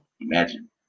imagine